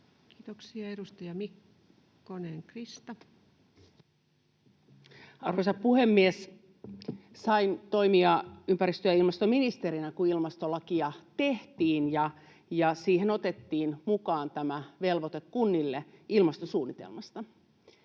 Kiitoksia. — Edustaja Mikkonen, Krista. Arvoisa puhemies! Sain toimia ympäristö- ja ilmastoministerinä, kun ilmastolakia tehtiin ja siihen otettiin mukaan tämä velvoite kunnille ilmastosuunnitelmasta.